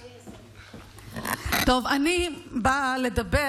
טוב, אני באה לדבר